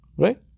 Right